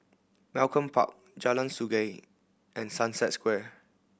Malcolm Park Jalan Sungei and Sunset Square